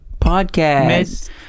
podcast